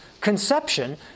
conception